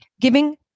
Giving